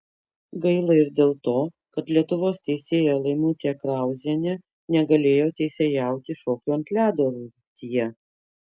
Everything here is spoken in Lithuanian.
gaila ir dėl to kad lietuvos teisėja laimutė krauzienė negalėjo teisėjauti šokių ant ledo rungtyje